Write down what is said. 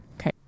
okay